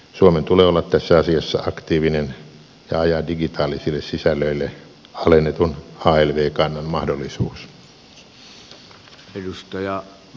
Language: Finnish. suomen tulee olla tässä asiassa aktiivinen ja ajaa digitaalisille sisällöille alennetun alv kannan mahdollisuus